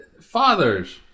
fathers